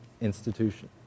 institution